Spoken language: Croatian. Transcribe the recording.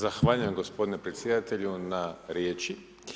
Zahvaljujem gospodine predsjedatelju na riječi.